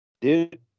dude